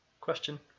question